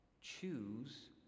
choose